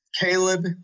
Caleb